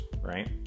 right